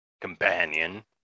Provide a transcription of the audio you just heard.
companion